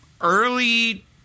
early